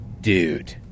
dude